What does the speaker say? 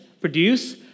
Produce